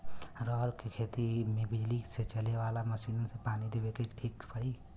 रहर के खेती मे बिजली से चले वाला मसीन से पानी देवे मे ठीक पड़ी?